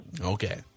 Okay